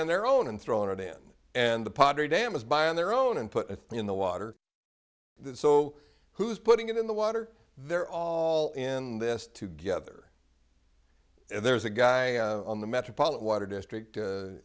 buying their own and thrown it in and the pottery dam is buying their own and put it in the water so who's putting it in the water they're all in this together and there's a guy on the metropolitan water district